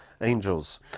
angels